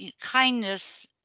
kindness